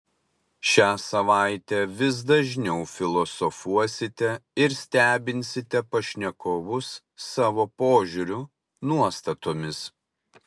šią savaitę vis dažniau filosofuosite ir stebinsite pašnekovus savo požiūriu nuostatomis